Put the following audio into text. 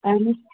اَہن حظ